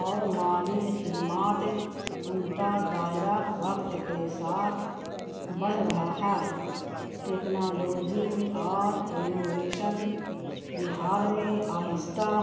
اور مالی خدمات ان کا دائرہ وقت کے ساتھ بڑھ رہا ہے ٹیکنالوجی اور انوویشن بہار میں آہستہ